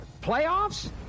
playoffs